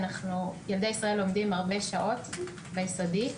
ילדי ישראל לומדים הרבה שעות ביסודי,